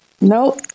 Nope